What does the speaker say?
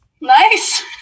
Nice